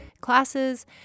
classes